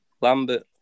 Lambert